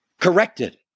corrected